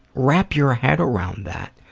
wrap your head around that!